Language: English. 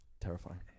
terrifying